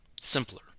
simpler